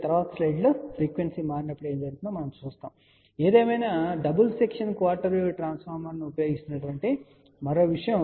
తరువాతి స్లైడ్లో ఫ్రీక్వెన్సీ మారినప్పుడు ఏమి జరుగుతుందో మనం చూస్తాము ఏదేమైనా డబుల్ సెక్షన్ క్వార్టర్ వేవ్ ట్రాన్స్ఫార్మర్ను ఉపయోగిస్తున్న మరో విషయం ఇక్కడ చూద్దాం